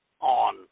on